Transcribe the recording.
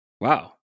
Wow